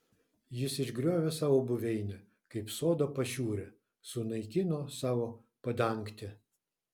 jis išgriovė savo buveinę kaip sodo pašiūrę sunaikino savo padangtę